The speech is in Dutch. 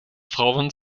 vrouwen